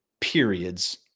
periods